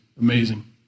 Amazing